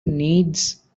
needs